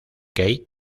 kate